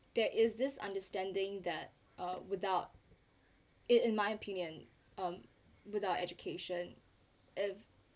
there is this understanding that uh without i~ in my opinion um without education if